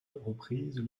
reprises